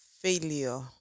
failure